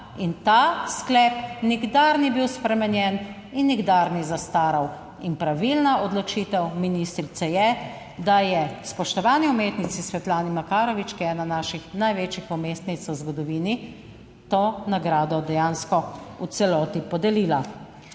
in ta sklep nikdar ni bil spremenjen in nikdar ni zastaral. In pravilna odločitev ministrice je, da je spoštovani umetnici Svetlani Makarovič, ki je ena naših največjih umetnic v zgodovini, to nagrado dejansko v celoti podelila.